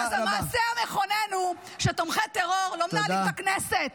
אז המעשה המכונן הוא שתומכי טרור לא מנהלים את הכנסת.